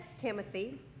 Timothy